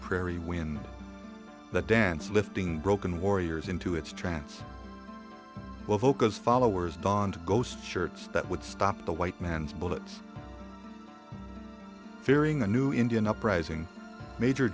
prairie when the dance lifting broken warriors into its trance bocas followers donned ghost shirts that would stop the white man's bullets fearing a new indian uprising major